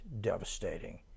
devastating